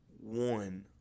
one